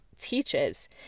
teaches